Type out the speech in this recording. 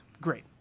great